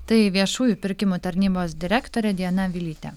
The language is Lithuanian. tai viešųjų pirkimų tarnybos direktorė diana vilytė